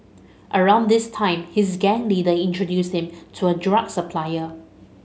around this time his gang leader introduced him to a drug supplier